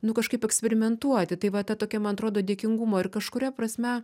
nu kažkaip eksperimentuoti tai va tokia man atrodo dėkingumo ir kažkuria prasme